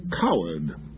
coward